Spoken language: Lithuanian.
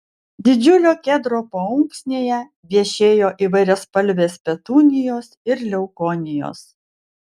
didžiulio kedro paunksnėje vešėjo įvairiaspalvės petunijos ir leukonijos